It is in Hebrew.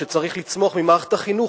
שצריך לצמוח ממערכת החינוך,